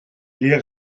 les